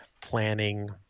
planning